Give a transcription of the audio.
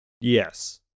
Yes